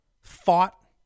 fought